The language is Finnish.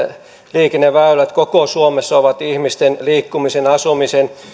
liikenneväylät koko suomessa ovat ihmisten liikkumisen asumisen